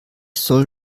soll